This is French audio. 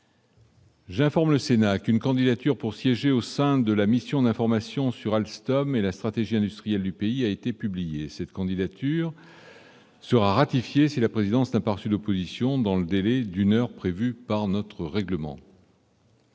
J'informe le Sénat qu'une candidature pour siéger au sein de la mission d'information sur Alstom et la stratégie industrielle du pays a été publiée. Cette candidature sera ratifiée si la présidence n'a pas reçu d'opposition dans le délai d'une heure prévu par notre règlement.